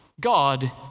God